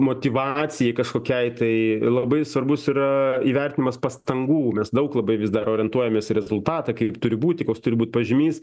motyvacijai kažkokiai tai labai svarbus yra įvertinimas pastangų mes daug labai vis dar orientuojamės į rezultatą kaip turi būti koks turi būti pažymys